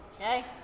okay